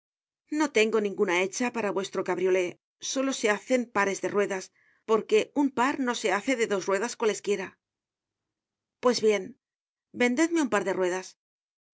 no tengo ninguna hecha para vuestro cabriolé solo se hacen pares de ruedas porque un par no se hace de dos ruedas cualesquiera pues bien vendedme un par de ruedas